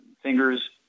fingers